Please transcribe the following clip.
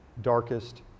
darkest